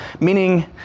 meaning